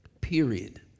period